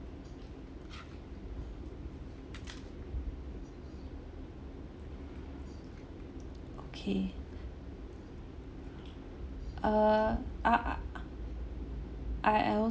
okay err I I I I'll